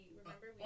remember